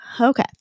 Okay